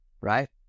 right